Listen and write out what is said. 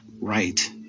right